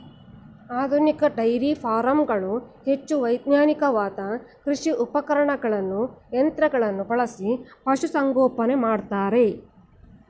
ಆಧುನಿಕ ಡೈರಿ ಫಾರಂಗಳು ಹೆಚ್ಚು ವೈಜ್ಞಾನಿಕವಾದ ಕೃಷಿ ಉಪಕರಣಗಳನ್ನು ಯಂತ್ರಗಳನ್ನು ಬಳಸಿ ಪಶುಸಂಗೋಪನೆ ಮಾಡ್ತರೆ